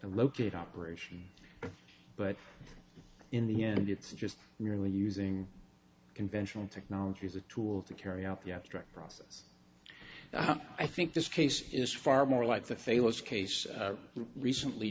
locate operation but in the end it's just merely using conventional technology as a tool to carry out the abstract process i think this case is far more like the famous case recently